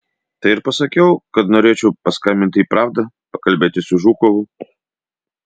tai ir pasakiau kad norėčiau paskambinti į pravdą pakalbėti su žukovu